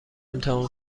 امتحان